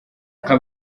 nka